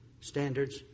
standards